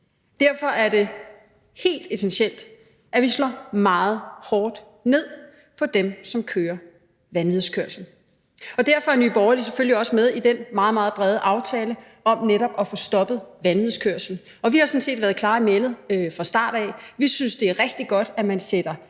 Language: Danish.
Derfor er det helt essentielt, at vi slår meget hårdt ned på dem, som kører vanvidskørsel. Derfor er Nye Borgerlige selvfølgelig også med i den meget, meget brede aftale om netop at få stoppet vanvidskørsel. Og vi har sådan set været klare i mælet fra start af. Vi synes, det er rigtig godt, at man sætter